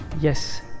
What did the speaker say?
Yes